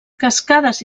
cascades